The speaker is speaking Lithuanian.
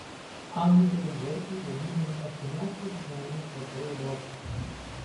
anglai ir graikai vadinami apkūniausiais žmonėmis vakarų europoje